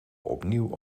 opnieuw